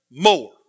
more